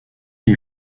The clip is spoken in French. les